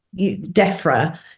DEFRA